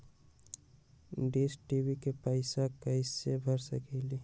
Dish TV के पैईसा कईसे भर सकली?